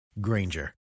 Granger